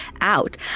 out